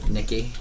Nikki